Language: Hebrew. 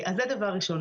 אז זה דבר ראשון.